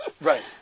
Right